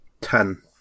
Ten